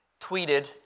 tweeted